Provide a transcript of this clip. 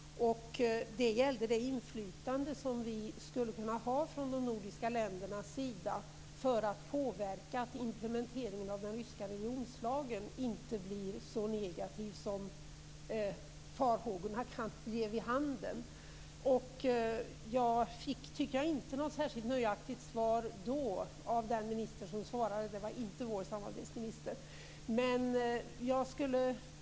Det gäller det inflytande som de nordiska länderna skulle kunna ha för att påverka att implementeringen av den ryska religionslagen inte blir så negativ som farhågorna kan ge vid handen. Jag fick då inte något särskilt nöjaktigt svar av den minister som svarade - det var inte vår samarbetsminister.